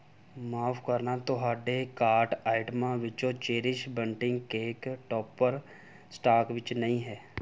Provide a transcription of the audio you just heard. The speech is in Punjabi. ਮਾਫ਼ ਕਰਨਾ ਤੁਹਾਡੇ ਕਾਰਟ ਆਈਟਮਾਂ ਵਿਚੋਂ cherish bunting cake topper stock ਵਿਚ ਨਹੀਂ ਹੈ